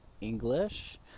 English